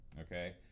Okay